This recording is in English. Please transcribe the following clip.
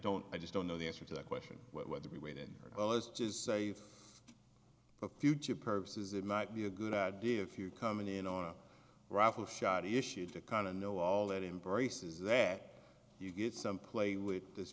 don't i just don't know the answer to the question whether we waited oh let's just say for future purposes it might be a good idea if you're coming in on a rifle shot issue to kind of know all that embrace is that you get some play with th